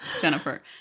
jennifer